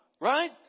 Right